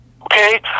Okay